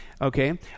okay